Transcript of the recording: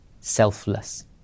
selfless